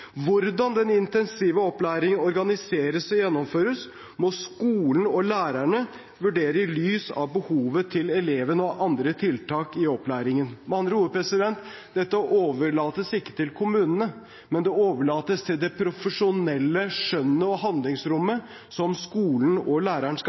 Hvordan denne intensive opplæringen organiseres og gjennomføres, må skolen og lærerne vurdere i lys av behovet til elevene og andre tiltak i opplæringen. Med andre ord: Dette overlates ikke til kommunene, men det overlates til det profesjonelle skjønnet og